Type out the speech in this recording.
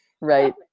Right